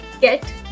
get